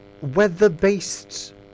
weather-based